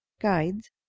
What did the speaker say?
guides